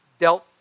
dealt